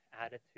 attitude